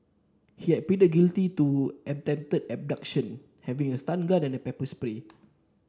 he had pleaded guilty to attempted abduction having a stun gun and a pepper spray